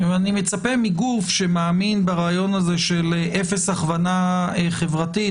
אני מצפה מגוף שמאמין ברעיון הזה של אפס הכוונה חברתית,